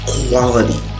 quality